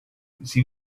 sie